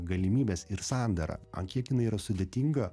galimybės ir sandara ant kiek jinai yra sudėtinga